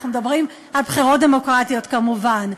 אנחנו מדברים על בחירות דמוקרטיות כמובן,